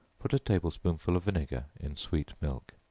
put a table-spoonful of vinegar in sweet milk.